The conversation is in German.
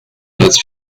platz